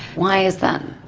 why is that?